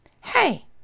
Hey